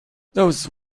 those